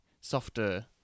softer